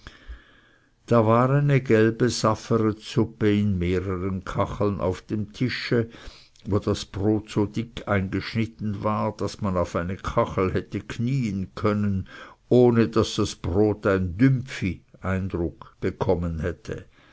da war eine gelbe safferetsuppe in mehreren kacheln auf dem tische wo das brot so dick eingeschnitten war daß man auf eine kachel hätte knien können ohne daß das brot ein dümpfi bekommen hätte